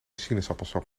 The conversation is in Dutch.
sinaasappelsap